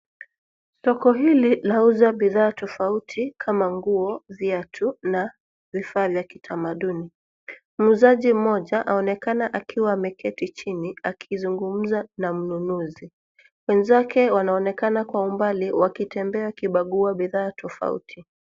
Soko hili lauza bidhaa tofauti kama nguo, viatu na vifaa vya kitamaduni. Muuzaji mmoja aonekana akiwa ameketi chini akizungumza na mnunuzi. Wenzake wanaonekana kwa umbali wakitembea wakibagua bidhaa tofauti.